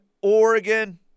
Oregon